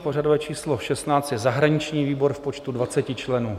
Pořadové číslo 16 je zahraniční výbor v počtu 20 členů.